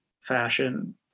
fashion